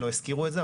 לא הזכירו את זה,